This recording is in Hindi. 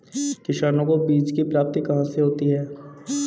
किसानों को बीज की प्राप्ति कहाँ से होती है?